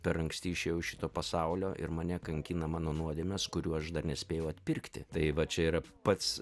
per anksti išėjau iš šito pasaulio ir mane kankina mano nuodėmes kurių aš dar nespėjau atpirkti tai va čia yra pats